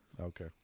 Okay